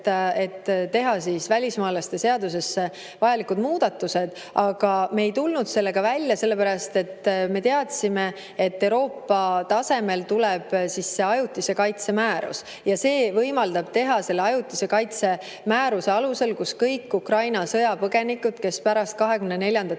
et teha välismaalaste seadusesse vajalikud muudatused, aga me ei tulnud sellega välja, sellepärast et me teadsime, et Euroopa tasemel tuleb see ajutise kaitse määrus ja see võimaldab teha selle ajutise kaitse määruse alusel, kus kõik Ukraina sõjapõgenikud, kes pärast 24.